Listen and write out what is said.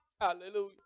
Hallelujah